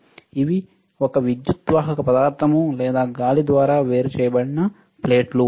ఇవి ఒక విద్యుద్వాహక పదార్థం లేదా గాలి ద్వారా వేరు చేయబడిన ప్లేట్లు